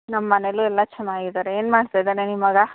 ನಮ್ಮ ಮನೆಲ್ಲೂ ಎಲ್ಲ ಚೆನ್ನಾಗಿದ್ದಾರೆ ಏನು ಮಾಡ್ತಾ ಇದ್ದಾನೆ ನಿಮ್ಮ ಮಗ